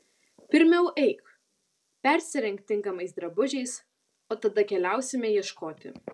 pirmiau eik persirenk tinkamais drabužiais o tada keliausime ieškoti